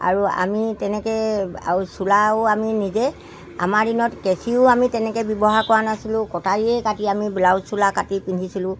আৰু আমি তেনেকৈ আৰু চোলাও আমি নিজে আমাৰ দিনত কেঁচিও আমি তেনেকৈ ব্যৱহাৰ কৰা নাছিলোঁ কটাৰীয়েই কাটি আমি ব্লাউজ চোলা কাটি পিন্ধিছিলোঁ